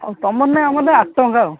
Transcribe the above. ଆଉ ତୁମର ନାଇଁ ଆମର ନାଇଁ ଆଠ ଟଙ୍କା ଆଉ